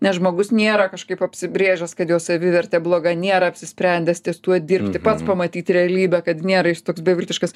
nes žmogus nėra kažkaip apsibrėžęs kad jo savivertė bloga nėra apsisprendęs ties tuo dirbti pats pamatyti realybę kad nėra jis toks beviltiškas